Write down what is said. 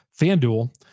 FanDuel